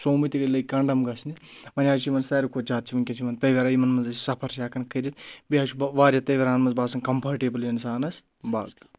سومو تہِ لٔگۍ کَنڈَم گژھنہِ وۄنۍ حظ چھِ یِمَن ساروی کھۄتہٕ جادٕ چھِ وٕنکؠس چھِ یِمَن تَویراہ یِمَن منٛز سَفَر چھِ ہؠکان کٔرِتھ بیٚیہِ حظ چھِ بہٕ واریاہ تَویراہَن منٛز باسان کَمفٲٹیبٕل اِنسانَس باغ